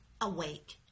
awake